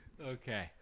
Okay